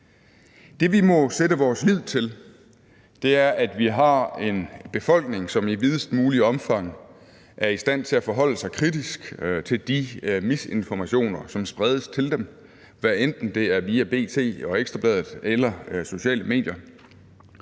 Det, vi må sætte vores lid til, er, at vi har en befolkning, som i videst mulig omfang er i stand til at forholde sig kritisk til de misinformationer, som spredes til dem, hvad enten det er via B.T. og Ekstra Bladet eller sociale medier.